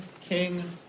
King